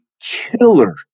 killer